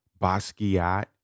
Basquiat